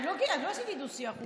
אני לא עשיתי דו-שיח, הוא מדבר.